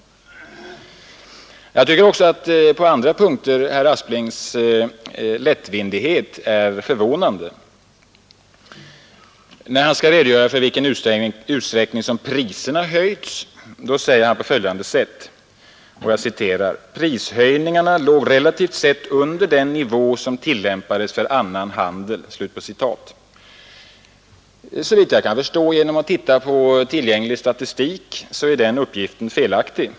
Vidare tycker jag att herr Asplings lättvindighet är förvånande även på en del andra punkter. När han redogör för i vilken utsträckning priserna höjts, säger han på följande sätt: ”Prishöjningen låg relativt sett under den nivå som tillämpades för annan handel ———”. Såvitt jag kan förstå efter att ha studerat tillgänglig statistik är den uppgiften felaktig.